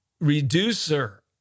reducer